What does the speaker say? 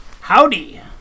Howdy